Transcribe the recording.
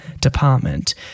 Department